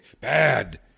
Bad